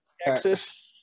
Texas